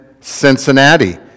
Cincinnati